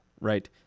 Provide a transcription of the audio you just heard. right